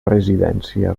residència